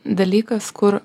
dalykas kur